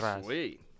Sweet